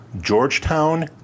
Georgetown